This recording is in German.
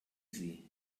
sie